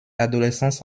adolescence